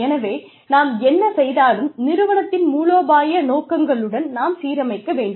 எனவே நாம் என்ன செய்தாலும் நிறுவனத்தின் மூலோபாய நோக்கங்களுடன் நாம் சீரமைக்க வேண்டும்